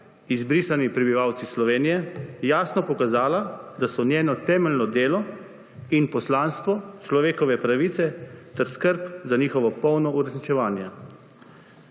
izbrisanih jasno pokazala, da so njeno temeljno delo in poslanstvo človekove pravice ter skrb za njihovo polno uresničevanje.